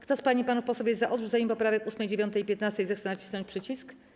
Kto z pań i panów posłów jest za odrzuceniem poprawek 8., 9. i 15., zechce nacisnąć przycisk.